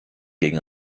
gegen